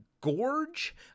Gorge